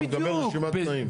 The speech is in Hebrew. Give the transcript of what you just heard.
בהיתר אתה מקבל רשימת תנאים.